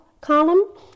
column